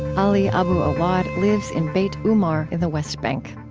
ali abu awwad lives in beit umar, in the west bank.